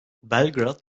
belgrad